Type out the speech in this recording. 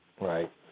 right